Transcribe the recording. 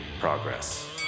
Progress